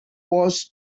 was